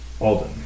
Alden